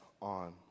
on